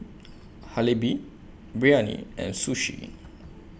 Biryani and Sushi